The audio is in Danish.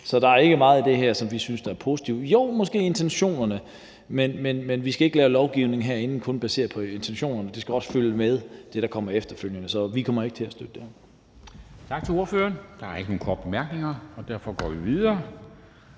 Så der er ikke meget i det her, som vi synes er positivt. Jo, måske intentionerne. Men vi skal ikke lave lovgivning herinde, der kun er baseret på intentioner – de skal også følge med det, der kommer efterfølgende. Så vi kommer ikke til at støtte det her. Kl. 14:23 Formanden (Henrik Dam Kristensen): Tak til ordføreren. Der er ikke nogen korte bemærkninger. Derfor går vi videre